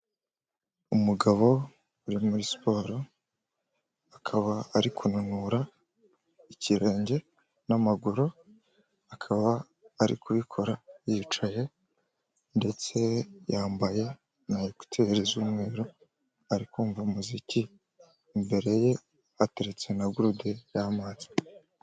Umugabo uri muri siporo akaba arikunanura ikirenge n'amaguru akaba ari kubikora yicaye ndetse yambaye na ekuteri z'umweru ari kumva umuziki imbere ye hateretse na gurude y'amazi.